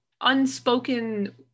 unspoken